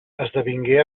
esdevingué